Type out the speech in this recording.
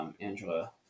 Angela